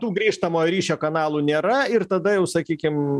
tų grįžtamojo ryšio kanalų nėra ir tada jau sakykim